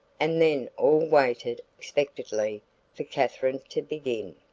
and then all waited expectantly for katherine to begin.